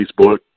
Facebook